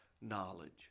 knowledge